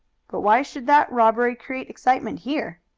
but why should that robbery create excitement here?